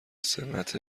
سمت